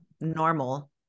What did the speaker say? normal